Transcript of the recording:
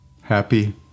happy